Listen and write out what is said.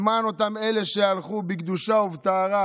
למען אותם אלה שהלכו בקדושה ובטהרה,